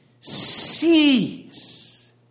sees